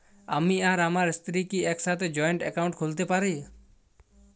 আমি আর আমার স্ত্রী কি একসাথে জয়েন্ট অ্যাকাউন্ট খুলতে পারি?